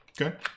okay